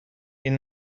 این